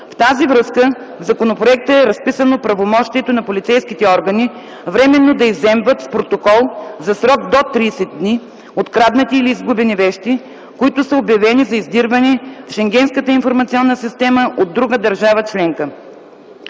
В тази връзка в законопроекта е разписано правомощието на полицейските органи временно да изземват с протокол за срок до 30 дни откраднати или изгубени вещи, които са обявени за издирване в Шенгенската информационна система от друга държава членка.